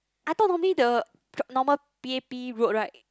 I thought normally the normal P_A_P route right